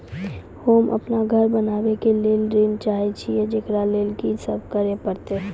होम अपन घर बनाबै के लेल ऋण चाहे छिये, जेकरा लेल कि सब करें परतै?